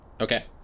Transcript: Okay